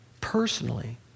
Personally